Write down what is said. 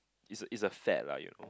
is a is a fad lah you know